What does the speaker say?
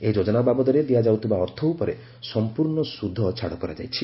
ଏହି ଯୋଜନା ବାବଦରେ ଦିଆଯାଉଥିବା ଅର୍ଥ ଉପରେ ସଂପୂର୍ଣ୍ଣ ସୁଧ ଛାଡ଼ କରାଯାଇଛି